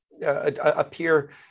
appear